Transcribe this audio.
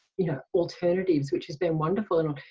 you know, alternatives, which has been wonderful.